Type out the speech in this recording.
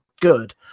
good